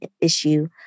issue